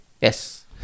Yes